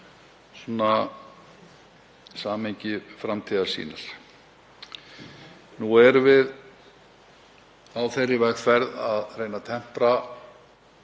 við samhengið um framtíðarsýn. Nú erum við á þeirri vegferð að reyna að tempra